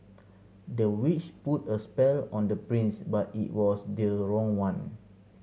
the witch put a spell on the prince but it was the wrong one